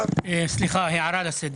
סליחה, הערה לסדר.